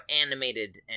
animated